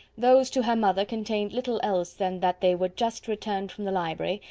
those to her mother contained little else than that they were just returned from the library,